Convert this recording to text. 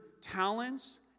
talents